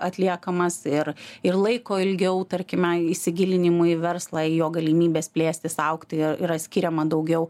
atliekamas ir ir laiko ilgiau tarkime įsigilinimui verslą jo galimybes plėstis augti yra skiriama daugiau